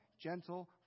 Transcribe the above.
gentle